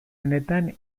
honetan